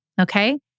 Okay